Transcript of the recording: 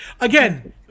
Again